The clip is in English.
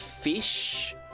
fish